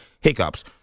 hiccups